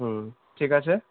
হুম ঠিক আছে